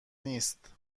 نیست